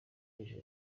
ejo